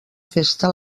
festa